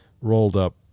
rolled-up